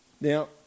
Now